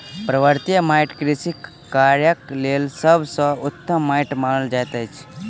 पर्वतीय माइट कृषि कार्यक लेल सभ सॅ उत्तम माइट मानल जाइत अछि